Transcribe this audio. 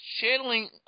channeling –